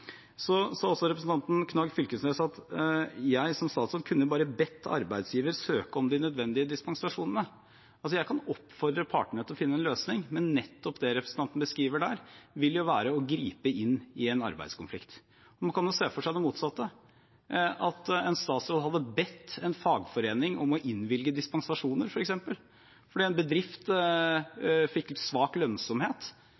Så sa representanten Knag Fylkesnes at jeg som statsråd bare kunne bedt arbeidsgiveren søke om de nødvendige dispensasjonene. Altså: Jeg kan oppfordre partene til å finne en løsning, men nettopp det representanten beskriver der, ville jo være å gripe inn i en arbeidskonflikt. Man kan jo se for seg det motsatte, f.eks. at en statsråd hadde bedt en fagforening om å innvilge dispensasjoner fordi en bedrift